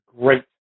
great